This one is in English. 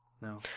No